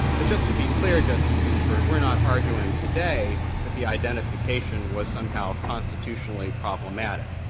but just to be clear, justice ginsburg, we are not arguing today that the identification was somehow constitutionally problematic.